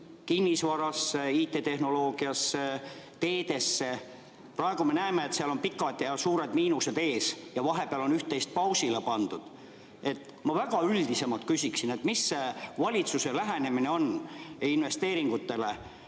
kinnisvarasse, IT-tehnoloogiasse, teedesse? Praegu me näeme, et seal on pikad ja suured miinused ees, ja vahepeal on üht-teist pausile pandud. Ma väga üldiselt küsin, et mis valitsuse lähenemine on investeeringutele